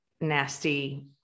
nasty